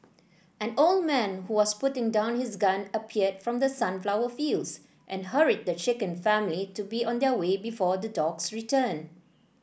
an old man who was putting down his gun appeared from the sunflower fields and hurried the shaken family to be on their way before the dogs return